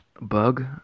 bug